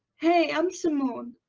hey i'm simone,